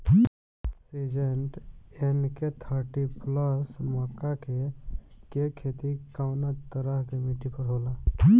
Syngenta NK thirty plus मक्का के के खेती कवना तरह के मिट्टी पर होला?